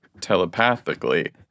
telepathically